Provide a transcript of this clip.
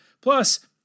Plus